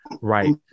Right